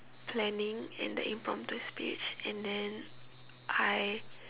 planning and the impromptu speech and then I